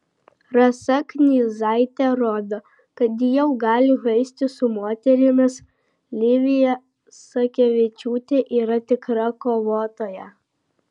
rasa knyzaitė rodo kad ji jau gali žaisti su moterimis livija sakevičiūtė yra tikra kovotoja